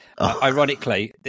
ironically